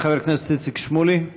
חבר הכנסת שמולי,